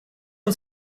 uns